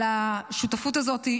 על השותפות הזאת.